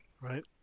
Right